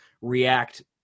react